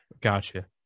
gotcha